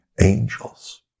angels